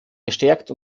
gestärkt